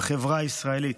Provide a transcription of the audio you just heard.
בחברה הישראלית.